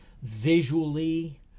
Visually